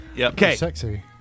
Okay